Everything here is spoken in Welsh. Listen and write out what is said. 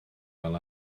fel